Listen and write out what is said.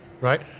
right